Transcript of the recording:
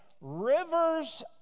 rivers